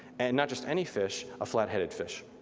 and not just any fish, a flat-headed fish.